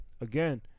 again